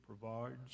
provides